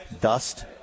Dust